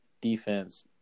defense